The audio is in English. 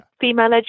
female